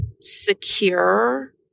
secure